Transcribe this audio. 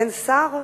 אין שר?